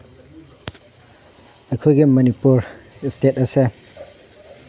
ꯑꯩꯈꯣꯏꯒꯤ ꯃꯅꯤꯄꯨꯔ ꯏꯁꯇꯦꯠ ꯑꯁꯦ